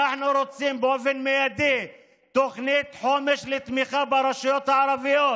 אנחנו רוצים באופן מיידי תוכנית חומש לתמיכה ברשויות הערביות,